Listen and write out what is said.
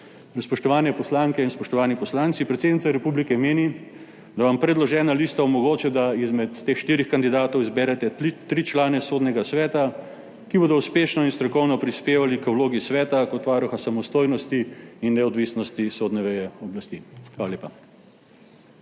Spoštovane poslanke in spoštovani poslanci! Predsednica republike meni, da vam predložena lista omogoča, da izmed teh štirih kandidatov izberete tri člane Sodnega sveta, ki bodo uspešno in strokovno prispevali k vlogi sveta kot varuha samostojnosti in neodvisnosti sodne veje oblasti. Hvala lepa.